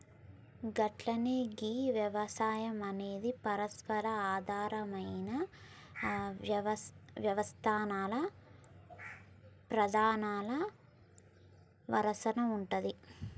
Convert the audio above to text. గట్లనే గీ యవసాయం అనేది పరస్పర ఆధారమైన యవస్తల్ల ప్రధానల వరసల ఉంటాది